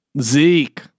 Zeke